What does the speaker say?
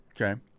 okay